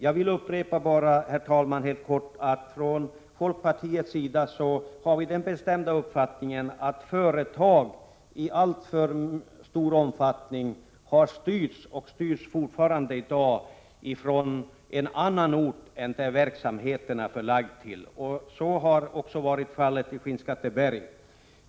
Jag vill bara, herr talman, helt kort upprepa att vi från folkpartiets sida har den bestämda uppfattningen att företag i alltför stor omfattning har styrts och fortfarande styrs från en annan ort än den som verksamheten är förlagd till. Så har varit fallet i Skinnskatteberg.